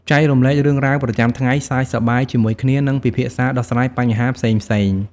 ចែករំលែករឿងរ៉ាវប្រចាំថ្ងៃ សើចសប្បាយជាមួយគ្នា និងពិភាក្សាដោះស្រាយបញ្ហាផ្សេងៗ ។